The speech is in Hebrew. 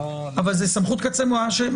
שנה לקבוע.